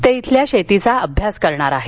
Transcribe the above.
ते इथल्या शेतीचा अभ्यास करणार आहेत